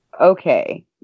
Okay